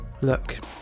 look